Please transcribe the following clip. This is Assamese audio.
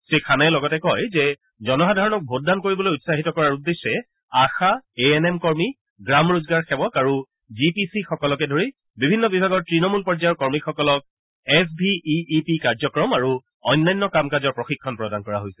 শ্ৰীখানে লগতে কয় যে জনসাধাৰণক ভোটদান কৰিবলৈ উৎসাহিত কৰাৰ উদ্দেশ্যে আশা এ এন এম কৰ্মী গ্ৰাম ৰোজগাৰ সেৱক আৰু জি পি চি সকলকে ধৰি বিভিন্ন বিভাগৰ তৃণমূল পৰ্যায়ৰ কৰ্মীসকলক এছ ভি ই পি কাৰ্যক্ৰম আৰু অন্যান্য কাম কাজৰ প্ৰশিক্ষণ প্ৰদান কৰা হৈছে